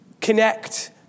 connect